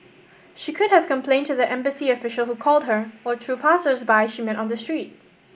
she could have complained to the embassy official who called her or to passers by she met on the street